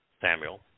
Samuel